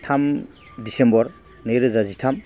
थाम डिसेम्बर नैरोजा जिथाम